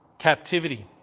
captivity